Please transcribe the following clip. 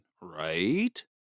right